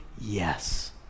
yes